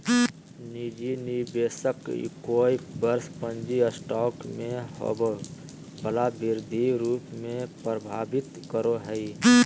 निजी निवेशक कोय वर्ष पूँजी स्टॉक में होबो वला वृद्धि रूप में परिभाषित करो हइ